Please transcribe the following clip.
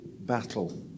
battle